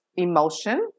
emotion